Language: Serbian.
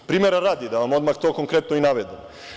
Primera radi, da vam odmah to konkretno i navedem.